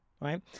right